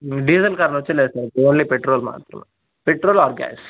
ఇందులో diesel car వచ్చి లేదు సార్ ఓన్లీ పెట్రోల్ మాత్రమే పెట్రోల్ ఆర్ గ్యాస్